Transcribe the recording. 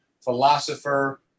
philosopher